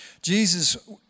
Jesus